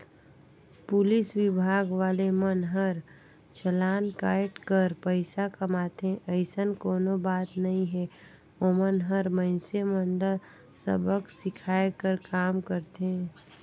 police विभाग वाले मन हर चलान कायट कर पइसा कमाथे अइसन कोनो बात नइ हे ओमन हर मइनसे मन ल सबक सीखये कर काम करथे